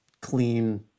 clean